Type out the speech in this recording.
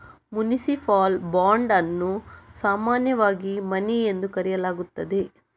municipal bond ಅನ್ನು ಸಾಮಾನ್ಯವಾಗಿ money ಎಂದು ಕರೆಯಲಾಗುತ್ತದೆ